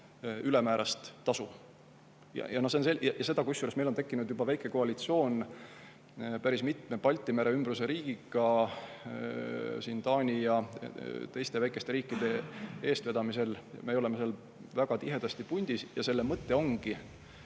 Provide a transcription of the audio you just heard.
ülemäärast tasu. Kusjuures meil on tekkinud juba väike koalitsioon päris mitme Balti mere ümbruse riigiga, Taani ja teiste väikeste riikide eestvedamisel, me oleme seal väga tihedasti pundis. Selle mõte ongi